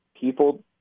people